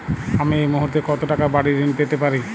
আমি এই মুহূর্তে কত টাকা বাড়ীর ঋণ পেতে পারি?